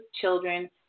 children